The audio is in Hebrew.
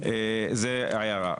זו הערה.